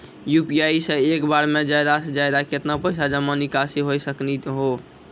UPI से एक बार मे ज्यादा से ज्यादा केतना पैसा जमा निकासी हो सकनी हो?